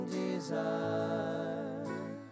desire